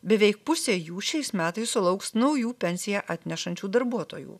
beveik pusė jų šiais metais sulauks naujų pensiją atnešančių darbuotojų